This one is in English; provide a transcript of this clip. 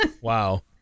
wow